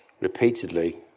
repeatedly